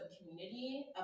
community